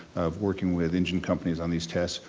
of working with engine companies on these tests,